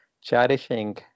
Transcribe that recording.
cherishing